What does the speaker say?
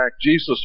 Jesus